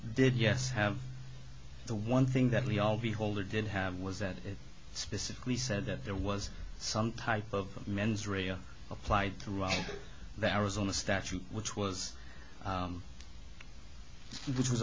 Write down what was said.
did yes have the one thing that we all beholder did have was that it specifically said that there was some type of mens rea applied throughout the arizona statute which was which was